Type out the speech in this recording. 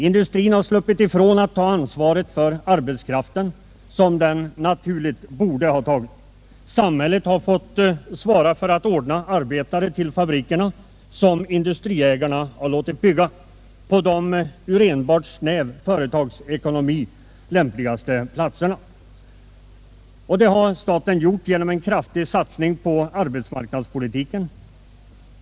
Industrin som naturligt borde ha tagit ansvaret för arbetskraften har sluppit ifrån detta. Samhället har fått ordna arbetare till de fabriker som industriägarna låtit bygga på de ur enbart snäva företagsekonomiska synpunkter lämpligaste platserna. Det har staten gjort genom en kraftig satsning på arbetsmarknadspolitiken.